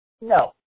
No